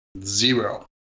Zero